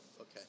okay